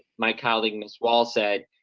my colleague miss wall said,